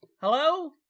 Hello